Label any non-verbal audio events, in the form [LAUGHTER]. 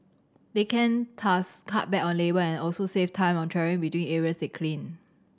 they can [UNINTELLIGIBLE] cut back on labour and also save time on travelling between areas they clean